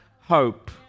hope